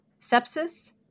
sepsis